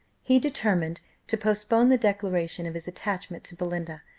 he determined to postpone the declaration of his attachment to belinda,